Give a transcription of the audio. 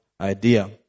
idea